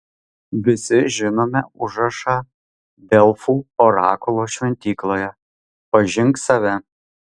visi žinome užrašą delfų orakulo šventykloje pažink save